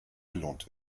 belohnt